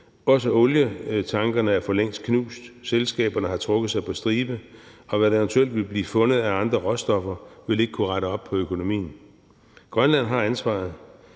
Også olietankerne er for længst knust, og selskaberne har trukket sig på stribe. Og hvad der eventuelt vil blive fundet af andre råstoffer, vil ikke kunne rette op på økonomien. Grønland har ansvaret,